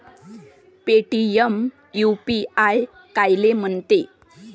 Paytm UPI कायले म्हनते?